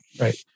Right